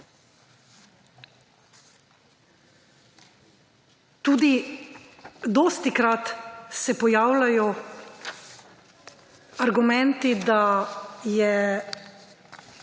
Tudi dostikrat se pojavljajo argumenti, da je